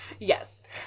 Yes